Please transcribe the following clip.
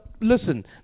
Listen